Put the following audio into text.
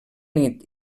nit